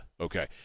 Okay